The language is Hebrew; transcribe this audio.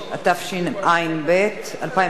התשע"ב 2011,